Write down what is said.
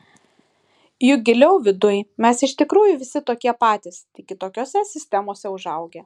juk giliau viduj mes iš tikrųjų visi tokie patys tik kitokiose sistemose užaugę